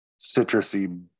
citrusy